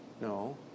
No